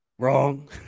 Wrong